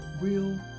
real